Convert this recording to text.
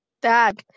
dad